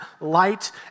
light